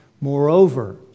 Moreover